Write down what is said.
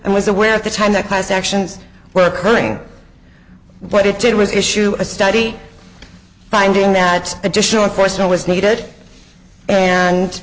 and was aware at the time that class actions were occurring what it did was issue a study finding that additional force in was needed and